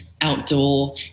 outdoor